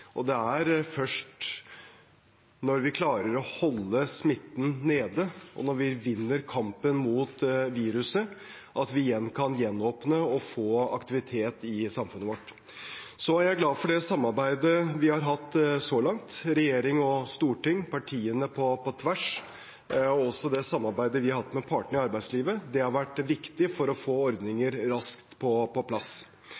og det er først når vi klarer å holde smitten nede, og når vi vinner kampen mot viruset, at vi igjen kan gjenåpne og få aktivitet i samfunnet vårt. Så er jeg glad for det samarbeidet vi har hatt så langt – regjering og storting og partiene på tvers – og også det samarbeidet vi har hatt med partene i arbeidslivet. Det har vært viktig for å få